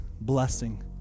blessing